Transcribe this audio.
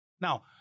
Now